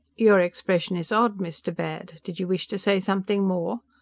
your expression is odd, mr. baird. did you wish to say something more?